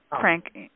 Frank